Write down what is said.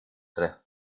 tres